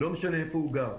לא משנה איפה הוא גר.